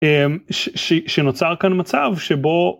שנוצר כאן מצב שבו.